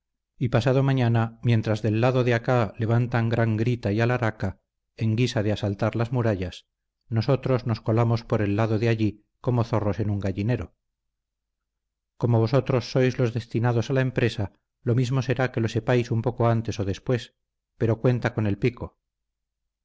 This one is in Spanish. y pasado mañana mientras del lado de acá levantan gran grita y alharaca en guisa de asaltar las murallas nosotros nos colamos por el lado de allí como zorros en un gallinero como vosotros sois los destinados a la empresa lo mismo será que lo sepáis un poco antes o después pero cuenta con el pico